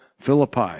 Philippi